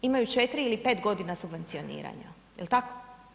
Imaju 4 ili 5 godina subvencioniranja, je li tako?